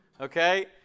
okay